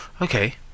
okay